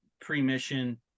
pre-mission